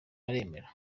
aremera